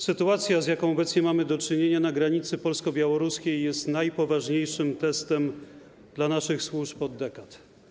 Sytuacja, z jaką obecnie mamy do czynienia na granicy polsko-białoruskiej, jest najpoważniejszym testem dla naszych służb od dekad.